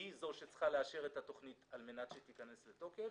שהיא שצריכה לאשר את התוכנית על מנת שתיכנס לתוקף.